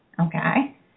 okay